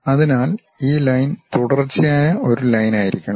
അതിനാൽ ഈ ലൈൻ തുടർച്ചയായ ഒരു ലൈൻ ആയിരിക്കണം